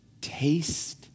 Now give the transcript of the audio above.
taste